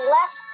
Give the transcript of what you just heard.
Left